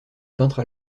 peintre